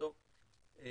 אתה